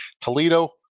Toledo